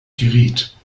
geriet